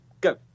Go